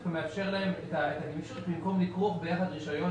זה מאפשר להם את הגמישות במקום לכרוך את הרישיון